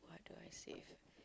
what do I say